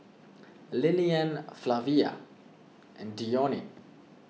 Lilian Flavia and Dione